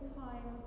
time